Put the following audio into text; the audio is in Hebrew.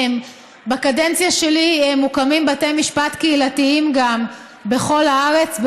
בקדנציה שלי מוקמים גם בתי משפט קהילתיים בכל הארץ,